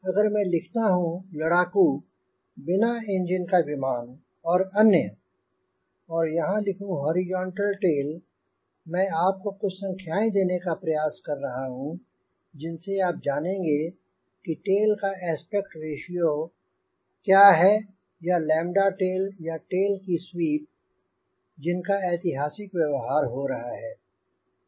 अगर मैं लिखता हूँ लड़ाकू बिना इंजन का विमान और अन्य और यहाँ लिखूं हॉरिजॉन्टल टेल मैं आपको कुछ संख्याएंँ देने का प्रयास कर रहा हूंँ जिनसे आप जानेंगे कि टेल का एस्पेक्ट रेश्यो क्या है या लैंब्डा टेल या टेल की स्वीप जिनका ऐतिहासिक व्यवहार हो रहा है